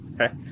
Okay